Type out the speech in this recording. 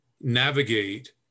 navigate